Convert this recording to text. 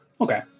Okay